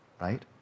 right